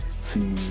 See